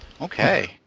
Okay